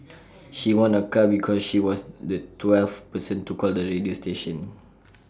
she won A car because she was the twelfth person to call the radio station